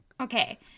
Okay